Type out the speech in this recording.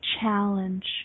challenge